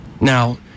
Now